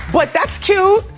but that's cute,